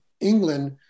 England